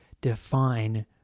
define